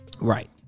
Right